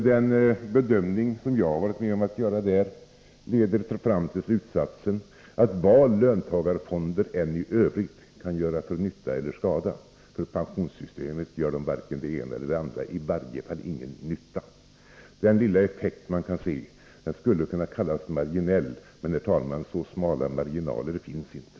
Den bedömning som jag har varit med om att göra där leder fram till slutsatsen att vad löntagarfonder än i övrigt kan göra för nytta eller skada — för pensionssystemet gör de varken det ena eller det andra; i varje fall ingen nytta. Den lilla effekt man kan se skulle kunna kallas marginell, men, herr talman, så smala marginaler finns inte.